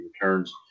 returns